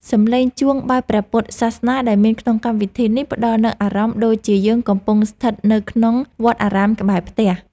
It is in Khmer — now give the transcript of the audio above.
សំឡេងជួងបែបព្រះពុទ្ធសាសនាដែលមានក្នុងកម្មវិធីនេះផ្តល់នូវអារម្មណ៍ដូចជាយើងកំពុងស្ថិតនៅក្នុងវត្តអារាមក្បែរផ្ទះ។